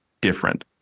different